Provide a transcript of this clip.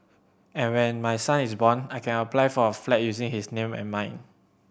and when my son is born I can apply for a flat using his name and mine